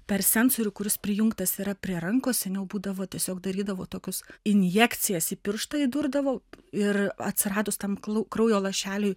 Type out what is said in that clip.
per sensorių ir kuris prijungtas yra prie rankos seniau būdavo tiesiog darydavo tokius injekcijas į pirštą įdurdavo ir atsiradus tam klu kraujo lašeliui